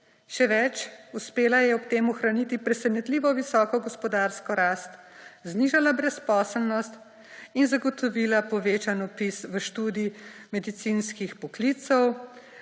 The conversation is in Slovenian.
še več, uspela je ob tem ohraniti presenetljivo visoko gospodarsko rast, znižala brezposelnost in zagotovila povečan vpis v študij medicinskih poklicev,